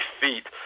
feet